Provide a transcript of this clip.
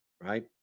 right